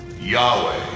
Yahweh